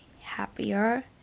happier